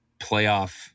playoff